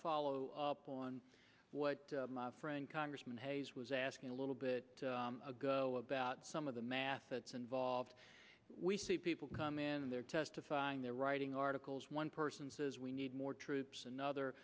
follow up on what my friend congressman hayes was asking a little bit ago about some of the math that's involved we see people come in they're testifying they're writing articles one person says we need more troops another